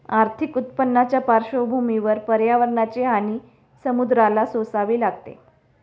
आर्थिक उत्पन्नाच्या पार्श्वभूमीवर पर्यावरणाची हानी समुद्राला सोसावी लागते